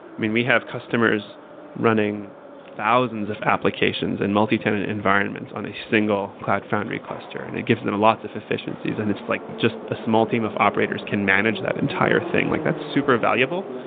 we have customers running thousands of applications and multitenant environments on a single cloud foundry cluster and it gives them lots of efficiencies and it's like just a small team of operators can manage that entire thing, like that's super valuable.